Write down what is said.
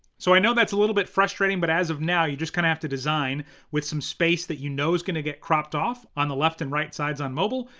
so i know that's a little bit frustrating, but as of now, you just kinda have to design with some space that you know is gonna get cropped off on the left and right sides on mobile,